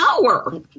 power